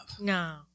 No